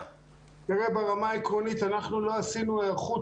ברמה העקרונית אנחנו לא עשינו היערכות